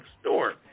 store